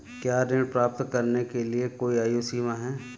क्या ऋण प्राप्त करने के लिए कोई आयु सीमा है?